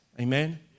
amen